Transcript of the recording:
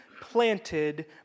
planted